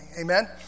Amen